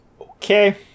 okay